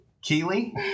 Keely